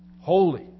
holy